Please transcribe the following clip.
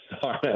Sorry